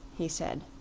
he said.